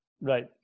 Right